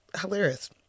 hilarious